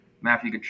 Matthew